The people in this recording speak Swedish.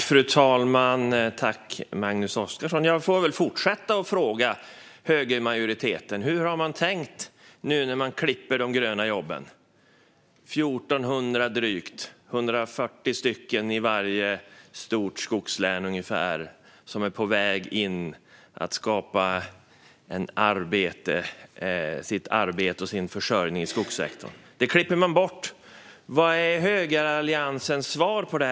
Fru talman! Jag får väl fortsätta fråga högermajoriteten hur man tänker nu när man klipper de gröna jobben. Det är fråga om drygt 1 400 personer, ungefär 140 i varje stort skogslän, som är på väg in för att skapa sitt arbete och sin försörjning i skogssektorn. Det klipper man bort. Vad är högeralliansens svar på det?